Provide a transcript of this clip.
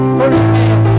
firsthand